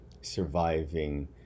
surviving